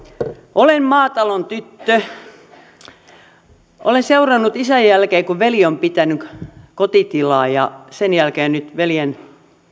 olen maatalon tyttö olen seurannut isän jälkeen kun veli on pitänyt kotitilaa ja sen jälkeen nyt veljen